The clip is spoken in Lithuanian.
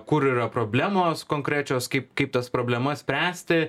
kur yra problemos konkrečios kaip kaip tas problemas spręsti